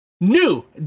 New